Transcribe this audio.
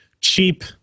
cheap